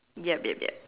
yup yup yup